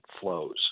flows